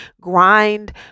grind